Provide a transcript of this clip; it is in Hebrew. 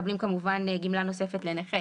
גמלה נוספת לנכה